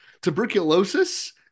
tuberculosis